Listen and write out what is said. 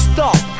Stop